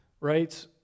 right